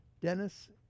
Dennis